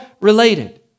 related